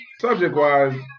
Subject-wise